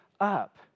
up